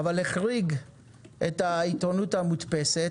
אבל החריג את העיתונות המודפסת.